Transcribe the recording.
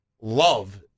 love